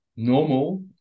normal